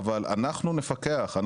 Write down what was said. אבל אנחנו נפקח,